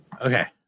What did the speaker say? Okay